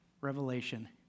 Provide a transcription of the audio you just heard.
Revelation